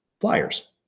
flyers